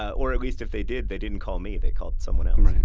or, at least if they did, they didn't call me. they called someone else.